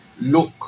look